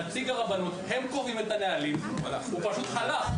נציג הרבנות, הם קובעים את הנהלים, הוא פשוט הלך.